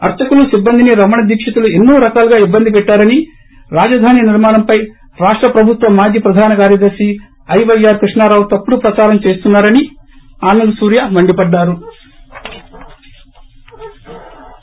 అర్చకులు సిబ్బందిని రమణ దీక్షితులు ఎన్నో రకాలుగా ఇబ్బంది పెట్లారని రాజధాని నిర్మాణంపై రాష్ట ప్రభుత్వ మాజీ ప్రధాన కార్యదర్ని ఐవైర్ కృష్ణారావు తప్పుడు ప్రదారం చేస్తున్నారని ఆనంద్ సూర్య మండిపడ్డారు